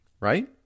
right